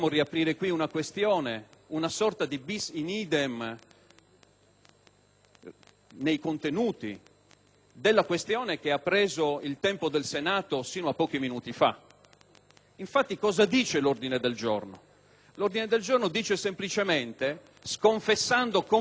nei contenuti della questione che ha preso il tempo del Senato fino a pochi minuti fa. Infatti l'ordine del giorno dice semplicemente, sconfessando completamente il lavoro della Giunta delle elezioni e